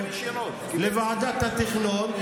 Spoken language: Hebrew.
לוועדת התכנון,